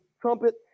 trumpet